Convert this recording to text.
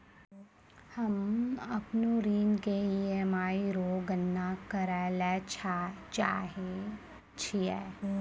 हम्म अपनो ऋण के ई.एम.आई रो गणना करैलै चाहै छियै